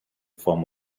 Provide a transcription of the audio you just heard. form